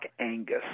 Angus